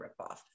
ripoff